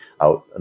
out